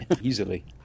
easily